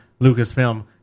Lucasfilm